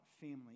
family